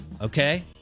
Okay